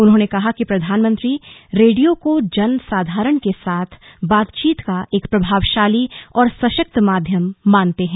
उन्होंने कहा कि प्रधानमंत्री रेडियो को जन साधारण के साथ बातचीत का एक प्रभावशाली और सशक्त माध्यम मानते हैं